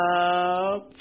up